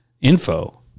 info